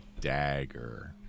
dagger